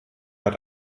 hat